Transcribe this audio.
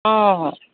অঁ